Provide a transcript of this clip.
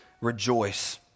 rejoice